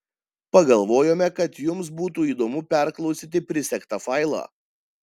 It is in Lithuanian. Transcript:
pagalvojome kad jums būtų įdomu perklausyti prisegtą failą